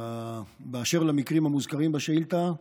אשר למקרים המוזכרים בשאילתה,